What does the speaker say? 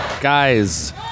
guys